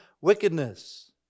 wickedness